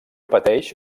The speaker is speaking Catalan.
pateix